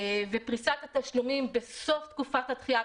ופרישת התשלומים בסוף תקופת הדחייה,